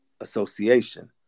association